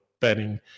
betting